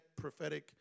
prophetic